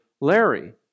Larry